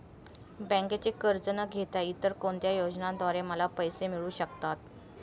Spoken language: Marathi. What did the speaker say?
बँकेचे कर्ज न घेता इतर कोणत्या योजनांद्वारे मला पैसे मिळू शकतात?